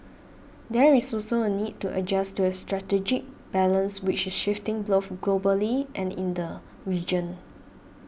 there is also a need to adjust to a strategic balance which is shifting glof globally and in the region